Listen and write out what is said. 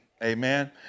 Amen